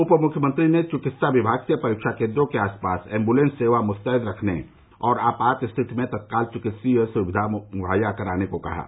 उपमुख्यमंत्री ने चिकित्सा विभाग से परीक्षा केन्द्रों के आसपास एम्वुलेंस सेवा मुस्तैद रखने और आपात स्थिति में तत्काल चिकित्सकीय सुविधा मुहैया कराने को कहा है